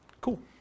Cool